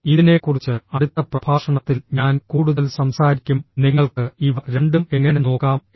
ഇതിനെക്കുറിച്ച് അടുത്ത പ്രഭാഷണത്തിൽ ഞാൻ കൂടുതൽ സംസാരിക്കും നിങ്ങൾക്ക് ഇവ രണ്ടും എങ്ങനെ നോക്കാം എന്ന്